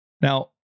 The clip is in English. Now